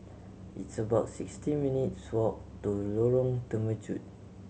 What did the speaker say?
it's about sixty minutes' walk to Lorong Temechut